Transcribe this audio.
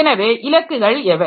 எனவே இலக்குகள் எவை